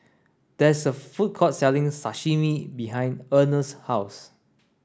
there is a food court selling Sashimi behind Ernest's house